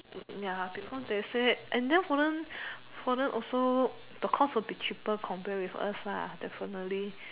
ya because they say and then foreign foreign also the cost will be cheaper compared with us ya definitely